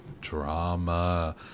Drama